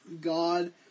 God